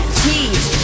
cheese